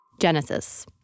Genesis